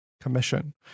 commission